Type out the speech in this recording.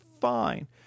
fine